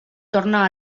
torna